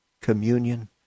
communion